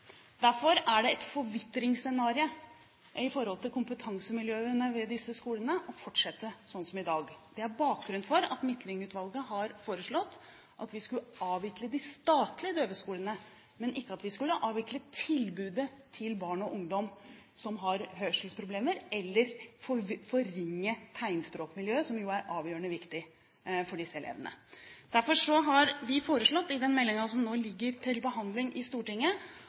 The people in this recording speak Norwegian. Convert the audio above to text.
Derfor er det et forvitringsscenario i forhold til kompetansemiljøene ved disse skolene å fortsette slik som i dag. Det er bakgrunnen for at Midtlyng-utvalget har foreslått at vi skulle avvikle de statlige døveskolene, men ikke at vi skulle avvikle tilbudet til barn og ungdom som har hørselsproblemer, eller forringe tegnspråkmiljøet, som jo er avgjørende viktig for disse elevene. Derfor har vi foreslått i den meldingen som ligger til behandling i Stortinget,